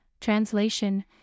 translation